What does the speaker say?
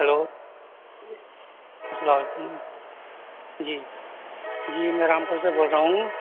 hello السلام علیکم جی جی میں رام پور سے بول رہا ہوں